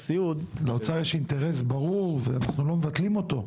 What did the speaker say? לאוצר יש אינטרס ברור ואנחנו לא מבטלים אותו.